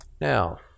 Now